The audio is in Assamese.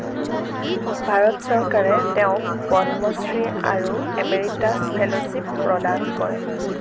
ভাৰত চৰকাৰে তেওঁক পদ্মশ্ৰী আৰু এমেৰিটাচ ফেলোশ্ৱিপ প্ৰদান কৰে